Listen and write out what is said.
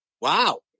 Wow